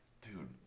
dude